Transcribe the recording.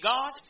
God